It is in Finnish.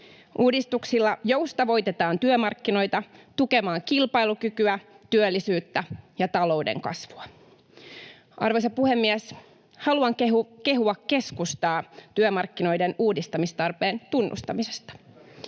Uudistuksilla joustavoitetaan työmarkkinoita tukemaan kilpailukykyä, työllisyyttä ja talouden kasvua. Arvoisa puhemies! Haluan kehua keskustaa työmarkkinoiden uudistamistarpeen tunnustamisesta.